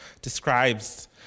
describes